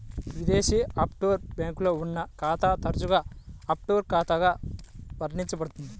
విదేశీ ఆఫ్షోర్ బ్యాంక్లో ఉన్న ఖాతా తరచుగా ఆఫ్షోర్ ఖాతాగా వర్ణించబడుతుంది